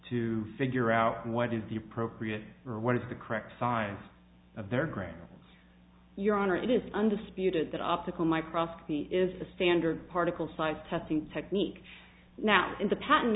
to figure out what is the appropriate or what is the correct size of their grain your honor it is undisputed that optical microscopy is the standard particle size testing technique now in the patent